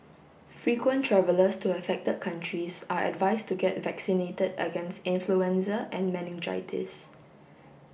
frequent travellers to affected countries are advised to get vaccinated against influenza and meningitis